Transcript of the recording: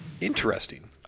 Interesting